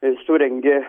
ir surengė